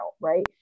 right